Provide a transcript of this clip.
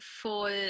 full